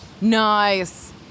Nice